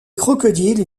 crocodiles